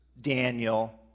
Daniel